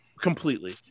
completely